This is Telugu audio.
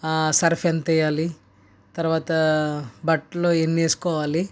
ఆ సర్ఫ్ ఎంత వేయాలి తర్వాత బట్టలు ఎన్ని వేసుకోవాలి